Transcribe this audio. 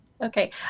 okay